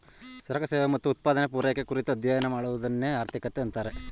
ಸರಕು ಸೇವೆ ಮತ್ತು ಉತ್ಪಾದನೆ, ಪೂರೈಕೆ ಕುರಿತು ಅಧ್ಯಯನ ಮಾಡುವದನ್ನೆ ಆರ್ಥಿಕತೆ ಅಂತಾರೆ